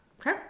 Okay